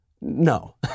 No